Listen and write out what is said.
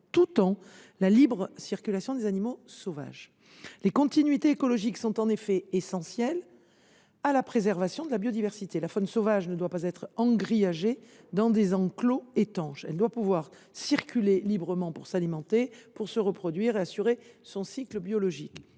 tout temps la libre circulation des animaux sauvages ». Les continuités écologiques sont en effet essentielles à la préservation de la biodiversité. La faune sauvage ne doit pas être engrillagée dans des enclos étanches. Elle doit pouvoir circuler librement pour s’alimenter, pour se reproduire et pour assurer son cycle biologique.